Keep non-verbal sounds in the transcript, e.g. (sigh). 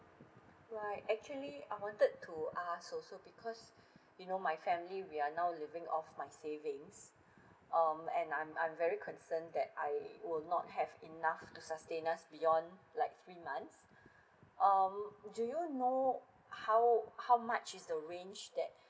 right actually I wanted to ask also because (breath) you know my family we are now living off my savings um and I'm I'm very concerned that I will not have enough to sustain us beyond like three months (breath) um do you know how how much is the range that